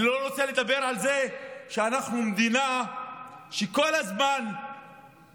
אני לא רוצה לדבר על זה שאנחנו מדינה שכל הזמן במלחמות,